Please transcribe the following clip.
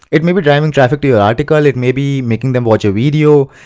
it may be driving traffic to your article, it may be making them watch a video,